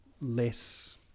less